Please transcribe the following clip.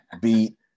beat